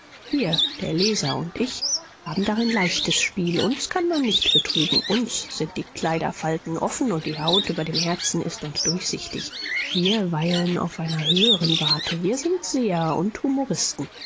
wir der leser und ich haben darin leichtes spiel uns kann man nicht betrügen uns sind die kleiderfalten offen und die haut über dem herzen ist uns durchsichtig wir weilen auf einer höheren warte wir sind seher und